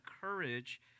courage